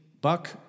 buck